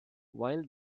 while